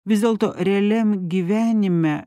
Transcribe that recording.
vis dėlto realiam gyvenime